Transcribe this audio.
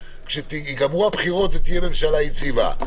כשתיגמרנה הבחירות ותהיה ממשלה יציבה,